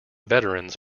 veterans